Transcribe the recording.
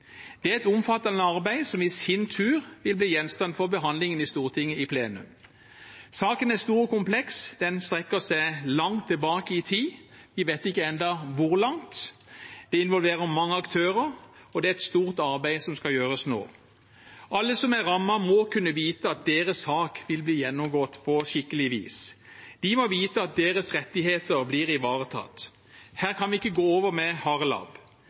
Det er et omfattende arbeid som i sin tur vil bli gjenstand for behandlingen i Stortinget i plenum. Saken er stor og kompleks, den strekker seg langt tilbake i tid – vi vet ikke ennå hvor langt – det involverer mange aktører, og det er et stort arbeid som skal gjøres nå. Alle som er rammet, må kunne vite at deres sak vil bli gjennomgått på skikkelig vis. De må vite at deres rettigheter blir ivaretatt. Her kan vi ikke gå over med